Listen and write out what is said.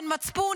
אין מצפון,